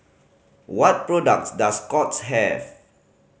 what products does Scott's have